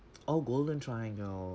oh golden triangle